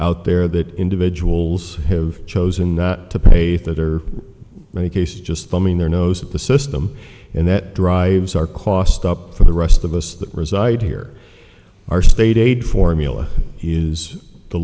out there that individuals have chosen to pay that are many cases just thumbing their nose at the system and that drives our costs up for the rest of us that reside here our state aid formula is the